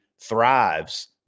thrives